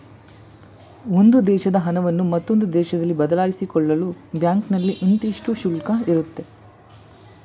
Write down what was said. ಒಂದು ದೇಶದ ಹಣವನ್ನು ಮತ್ತೊಂದು ದೇಶದಲ್ಲಿ ಬದಲಾಯಿಸಿಕೊಳ್ಳಲು ಬ್ಯಾಂಕ್ನಲ್ಲಿ ಇಂತಿಷ್ಟು ಶುಲ್ಕ ಇರುತ್ತೆ